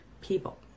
people